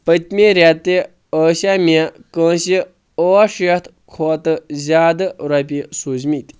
پٔتمہِ رٮ۪تہٕ ٲسیا مےٚ کٲنٛسہِ ٲٹھ شیٚتھ کھۄتہٕ زِیادٕ رۄپیہِ سوٗزۍ مٕتۍ